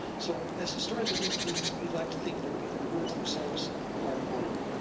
so as historians, i think we we like to think that words themselves are immortal.